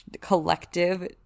collective